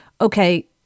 Okay